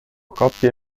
coppie